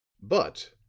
but,